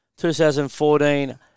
2014